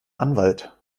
anwalt